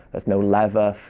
there's no leather, fur,